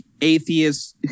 atheists